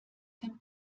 dem